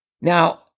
Now